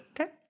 Okay